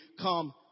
come